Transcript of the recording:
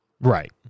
Right